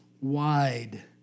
wide